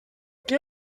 què